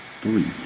three